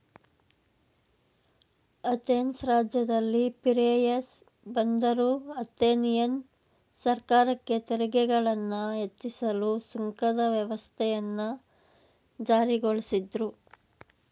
Athens ರಾಜ್ಯದಲ್ಲಿ Piraeus ಬಂದರು Athenian ಸರ್ಕಾರಕ್ಕೆ ತೆರಿಗೆಗಳನ್ನ ಹೆಚ್ಚಿಸಲು ಸುಂಕದ ವ್ಯವಸ್ಥೆಯನ್ನ ಜಾರಿಗೊಳಿಸಿದ್ರು